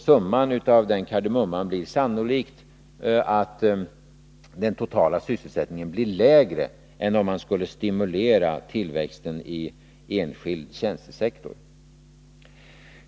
Summan av den kardemumman blir sannolikt att den totala sysselsättningen blir lägre än om man skulle ha stimulerat tillväxten i enskild tjänstesektor.